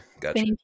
gotcha